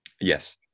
Yes